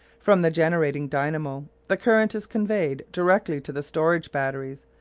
from the generating dynamo the current is conveyed directly to the storage batteries,